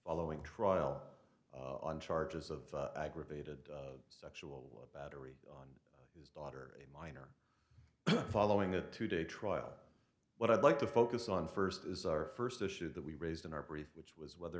following trial on charges of aggravated sexual battery is daughter a minor following a two day trial what i'd like to focus on first is our first issue that we raised in our brief which was whether